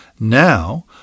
Now